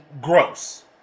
gross